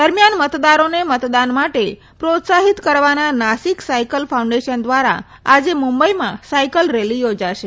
દરમિયાન મતદારોને મતદાન માટે પ્રોત્સાહિત કરવાના નાસીક સાયકલ ફાઉન્ડેશન ધ્વારા આજે મુંબઇમાં સાયકલ રેલી યોજાશે